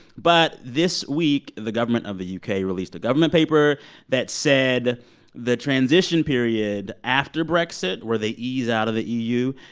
but this week, the government of the u k. released a government paper that said the transition period after brexit where they ease out of the eu,